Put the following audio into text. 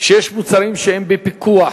שיש מוצרים שהם בפיקוח,